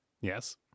Yes